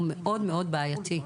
הוא מאוד בעייתי.